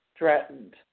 Threatened